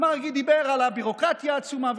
ומרגי דיבר על הביורוקרטיה העצומה,